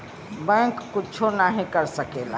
bank कुच्छो नाही कर सकेला